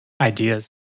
ideas